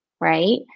right